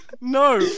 No